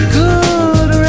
good